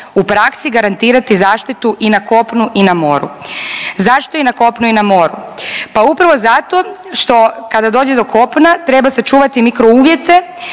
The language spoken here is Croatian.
u praksi garantirati zaštitu i na kopnu i na moru. Zašto i na kopunu i na moru? Pa upravo zato što kada dođe do kopna treba sačuvati mikro uvjete